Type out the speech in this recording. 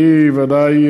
אני ודאי,